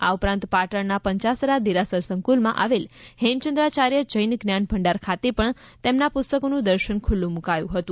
આ ઉપરાંત પાટણના પંચાસરા દેરાસર સંકુલમાં આવેલ હેમચંદ્રાચાર્ય જૈન જ્ઞાન ભંડાર ખાતે પણ તેમના પુસ્તકોનું દર્શન ખુલ્લુ મુકાયુ હતુ